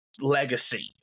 legacy